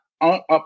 up